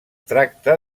tracta